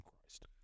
christ